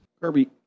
Kirby